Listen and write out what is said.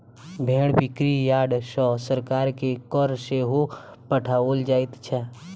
भेंड़ बिक्री यार्ड सॅ सरकार के कर सेहो पठाओल जाइत छै